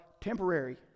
temporary